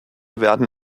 werden